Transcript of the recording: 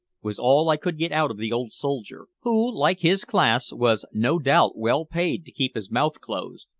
was all i could get out of the old soldier, who, like his class, was no doubt well paid to keep his mouth closed.